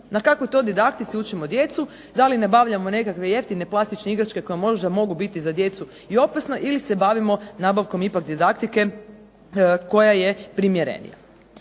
Na kakvoj to didaktici učimo djecu? Da li nabavljamo nekakve jeftine plastične igračke koje možda mogu biti za djecu i opasne ili se bavimo nabavkom ipak didaktike koja je primjerenija?